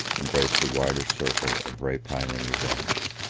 embraced a wider circle of rapine and revenge.